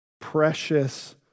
precious